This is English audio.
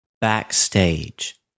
backstage